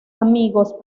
amigos